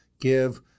give